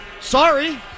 sorry